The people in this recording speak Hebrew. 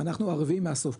ואנחנו הרביעי מהסוף.